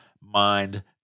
mind